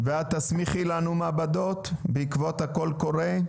ואת תסמיכי לנו מעבדות בעקבות קול הקורא?